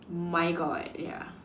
my god ya